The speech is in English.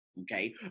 okay